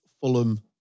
Fulham